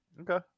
Okay